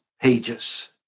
pages